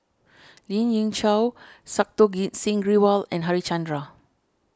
Lien Ying Chow Santokh Singh Grewal and Harichandra